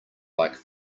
like